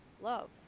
love